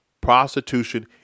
prostitution